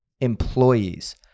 employees